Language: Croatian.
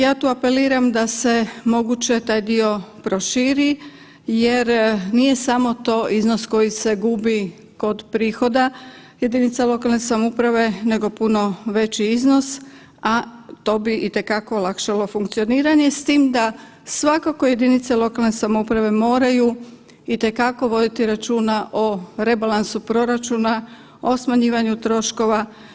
Ja tu apeliram da se moguće taj dio proširi jer nije samo to iznos koji se gubi kod prihoda jedinica lokalne samouprave nego puno veći iznos, a to bi itekako olakšalo funkcioniranje s tim da svakako jedinice lokalne samouprave moraju itekako voditi računa o rebalansu proračuna, o smanjivanju troškova.